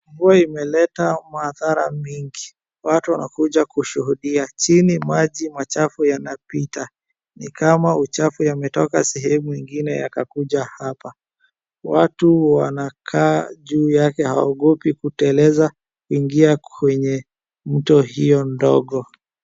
Mvua imeleta madhara mengi. Watu wanakuja kushuhudia. Chini maji machafu yanapita ni kama uchafu yametoka sehemu nyingine yakakuja hapa. Watu wanakaa juu yake hawaogopi kuteleza kuingia mto hiyo ndogo.